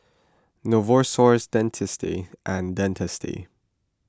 Novosource Dentiste and Dentiste